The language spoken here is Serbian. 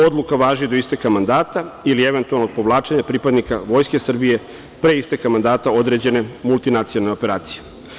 Odluka važi do isteka mandata ili eventualno do povlačenja pripadnika Vojske Srbije pre isteka mandata određene multinacionalne operacije.